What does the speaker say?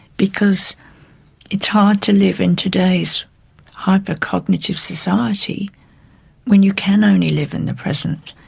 because it's hard to live in today's hyper-cognitive society when you can only live in the present.